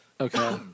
Okay